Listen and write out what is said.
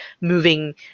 moving